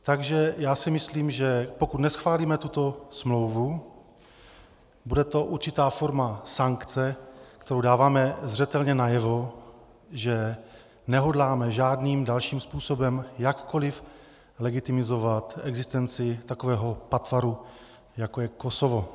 Takže já si myslím, že pokud neschválíme tuto smlouvu, bude to určitá forma sankce, kterou dáváme zřetelně najevo, že nehodláme žádným dalším způsobem jakkoli legitimizovat existenci takového patvaru, jako je Kosovo.